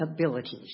abilities